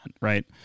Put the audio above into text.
right